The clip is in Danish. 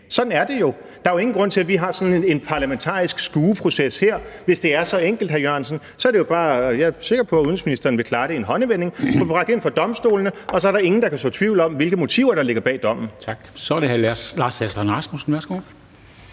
Sådan er det jo. Der er jo ingen grund til, at vi har sådan en parlamentarisk skueproces her, hvis det er så enkelt, hr. Jan E. Jørgensen. Så er det jo bare – jeg er sikker på, at udenrigsministeren vil klare det i en håndevending – at få bragt det ind for Domstolen, og så er der ingen, der kan så tvivl om, hvilke motiver der ligger bag dommen. Kl. 19:16 Formanden (Henrik Dam